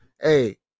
hey